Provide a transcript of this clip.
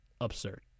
Absurd